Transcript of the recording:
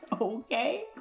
Okay